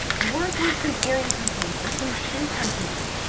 work with some earring companies or some shoe companies,